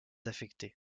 affecté